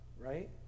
right